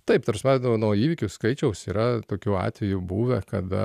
taip ta prasme nuo nuo įvykių skaičiaus yra tokių atvejų buvę kad